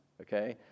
okay